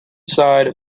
side